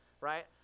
right